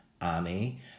Annie